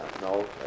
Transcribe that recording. no